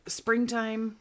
springtime